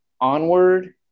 onward